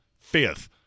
fifth